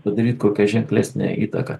padaryt kokią ženklesnę įtaką